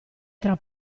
tra